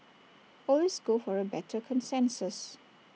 always go for A better consensus